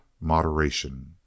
moderation